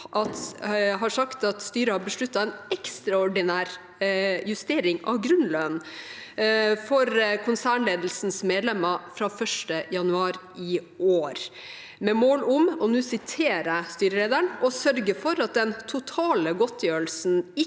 har sagt at styret har besluttet en ekstraordinær justering av grunnlønnen for konsernledelsens medlemmer fra 1. januar i år med mål om – og nå siterer jeg styrelederen – «å sørge for at den totale godtgjørelsen